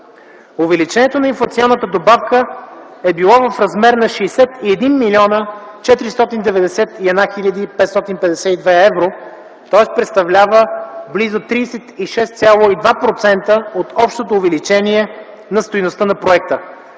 Увеличението на инфлационната добавка е било в размер на 61 млн. 491 хил. 552 евро, тоест представлява близо 36,2% от общото увеличение на стойността на проекта.